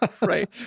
right